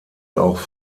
auch